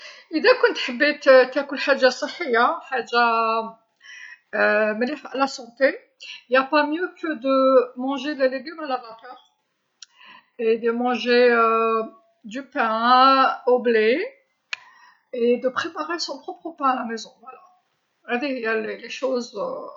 إذا كنت حبيت تاكل حاجة صحية حاجة مليحة للصحة، هيا من الأفضل أكل الخضار على البخار ، و أكل الخبز ضروري و إعداد الكل في المنزل، هذه هيا الاختيارات.